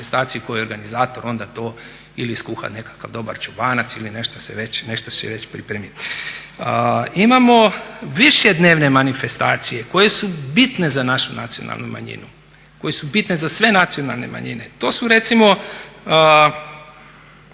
koji je organizator onda to ili skuha nekakav dobar čobanac ili nešto se već pripremi. Imamo više dnevne manifestacije koje su bitne za našu nacionalnu manjinu, koje su bitne za sve nacionalne manjine. To su recimo